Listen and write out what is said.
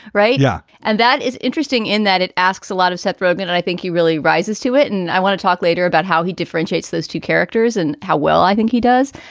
right? yeah. and that is interesting in that it asks a lot of seth rogen and i think he really rises to it. and i want to talk later about how he differentiates those two characters and how well i think he does.